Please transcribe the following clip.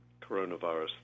coronavirus